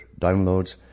downloads